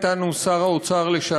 אדוני היושב-ראש,